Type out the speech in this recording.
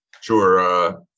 Sure